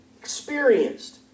experienced